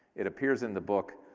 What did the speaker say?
it appears in the book,